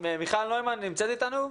מיכל נוימן נמצאת איתנו,